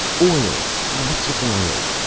oil, lots of oil!